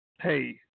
hey